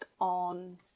on